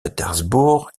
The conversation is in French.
pétersbourg